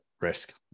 risk